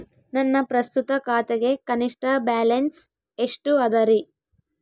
ನನ್ನ ಪ್ರಸ್ತುತ ಖಾತೆಗೆ ಕನಿಷ್ಠ ಬ್ಯಾಲೆನ್ಸ್ ಎಷ್ಟು ಅದರಿ?